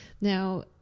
Now